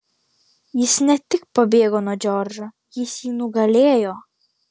jis ne tik pabėgo nuo džordžo jis jį nugalėjo